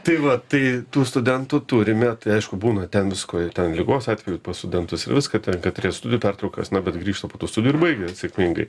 tai va tai tų studentų turime tai aišku būna ten visko ir ten ligos atvejų pas studentus ir viską ten katrie studijų pertraukas na bet grįžta po tų studijų ir baigia sėkmingai